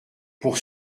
pour